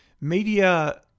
media